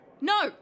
no